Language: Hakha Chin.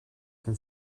kan